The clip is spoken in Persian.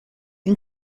این